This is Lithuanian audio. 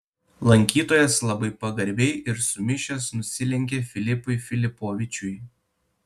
lankytojas labai pagarbiai ir sumišęs nusilenkė filipui filipovičiui